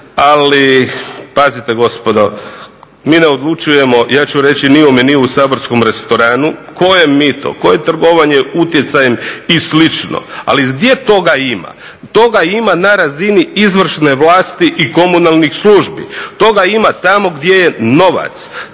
ali pazite gospodo mi ne odlučujemo ja ću reći ni o meniju u saborskom restoranu. Koje mito, koje trgovanje utjecajem i slično? Ali gdje toga ima? Toga ima na razini izvršne vlasti i komunalnih službi. Toga ima tamo gdje je novac.